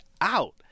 out